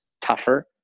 tougher